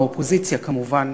מהאופוזיציה כמובן,